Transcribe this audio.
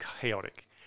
chaotic